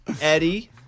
Eddie